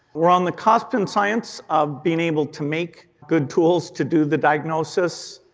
we are on the cusp in science of being able to make good tools to do the diagnosis,